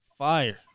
Fire